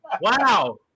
Wow